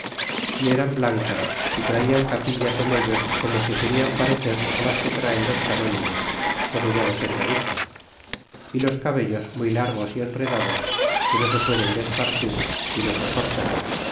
y eran blancas y traian capillas en ellos como que querian parecerá las que traen los can nigos como ya lo tengo dicho y los cabellos muy largos y enredados que no se pueden desparcir si no se cortan